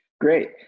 Great